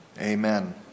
Amen